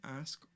ask